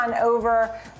over